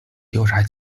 调查